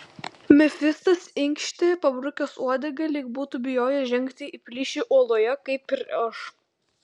mefistas inkštė pabrukęs uodegą lyg būtų bijojęs žengti į plyšį uoloje kaip ir aš